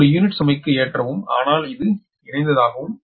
ஒரு யூனிட் சுமைக்கு ஏற்றவும் ஆனால் அது இணைந்ததாகும்